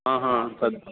हा हा तत्